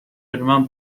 جلومن